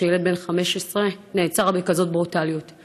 שילד בן 15 נעצר בברוטליות כזאת,